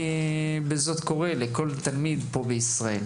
אני בזאת קורה לכל תלמיד פה בישראל